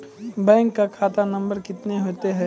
Bank का खाता number कितने होते हैं?